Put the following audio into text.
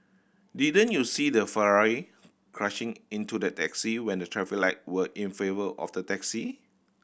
didn't you see the Ferrari crashing into the taxi when the traffic light were in favour of the taxi